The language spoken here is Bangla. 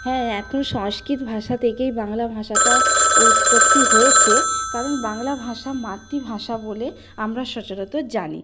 হ্যাঁ এখন সংস্কৃত ভাষা থেকেই বাংলা ভাষাটা উৎপত্তি হয়েছে কারণ বাংলা ভাষা মাতৃভাষা বলে আমরা সচরাচর জানি